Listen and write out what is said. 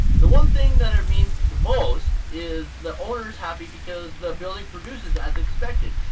the one thing that it means the most is the owners happy because the building produces as expected